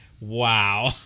wow